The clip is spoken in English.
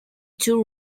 too